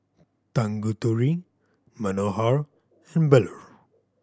Tanguturi Manohar and Bellur